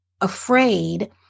afraid